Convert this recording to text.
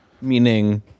Meaning